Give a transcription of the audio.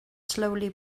slowly